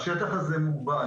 השטח הזה הוא מוגבל.